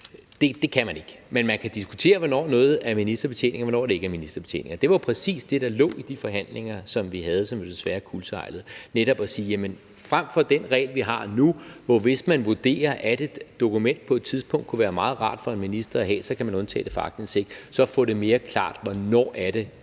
Det kan man ikke, men man kan diskutere, hvornår noget er ministerbetjening, og hvornår det ikke er ministerbetjening. Det var præcis det, der lå i de forhandlinger, som vi havde, og som jo desværre kuldsejlede: Frem for den regel, vi har nu, hvor det er sådan, at hvis man vurderer, at et dokument på et tidspunkt kunne være meget rart for en minister at have, kan man undtage det fra aktindsigt, så synes jeg, det havde været